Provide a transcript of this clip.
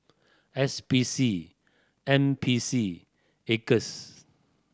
S P C N P C Acres